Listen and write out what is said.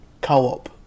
co-op